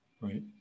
right